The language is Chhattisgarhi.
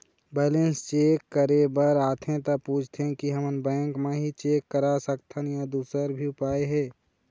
बैलेंस चेक करे बर आथे ता पूछथें की हमन बैंक मा ही चेक करा सकथन या दुसर भी उपाय हे?